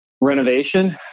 renovation